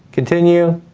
continue,